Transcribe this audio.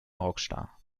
rockstar